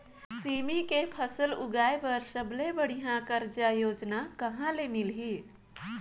सेमी के फसल उगाई बार सबले बढ़िया कर्जा योजना कहा ले मिलही?